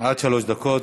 פדידה, עד שלוש דקות.